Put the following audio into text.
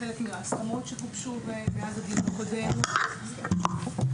חלק מההסכמות שגובשו מאז הדיון הקודם וגם